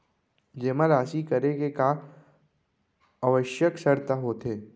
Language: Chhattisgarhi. जेमा राशि करे के का आवश्यक शर्त होथे?